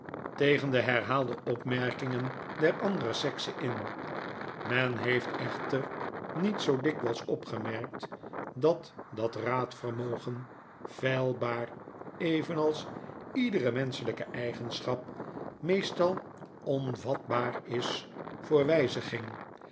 tegen de herhaalde opmerkingen der andere sekse in men heeft echter niet zoo dikwyls opgemerkt dat dat raadvermogen feilbaar evenals iedere menschelyke eigenschap meestal onvatbaar is voor wyziging